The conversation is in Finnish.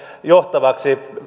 johtavaksi